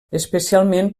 especialment